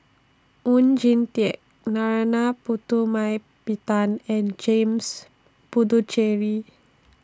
Oon Jin Teik Narana Putumaippittan and James Puthucheary